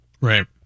right